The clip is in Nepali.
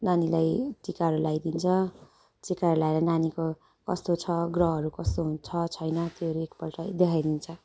नानीलाई टिकाहरू लगाइदिन्छ टिकाहरू लगाएर नानीको कस्तो छ ग्रहहरू कस्तो हुन् छ छैन त्योहरू एकपल्ट देखाइदिन्छ